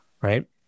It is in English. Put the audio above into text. right